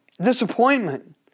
Disappointment